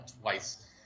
twice